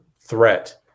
threat